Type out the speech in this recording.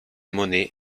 monet